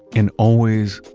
and always,